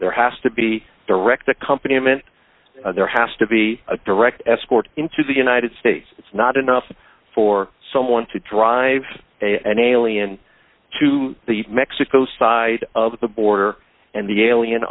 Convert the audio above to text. there has to be direct accompany him in there has to be a direct escort into the united states it's not enough for someone to drive an alien to the mexico side of the border and the alien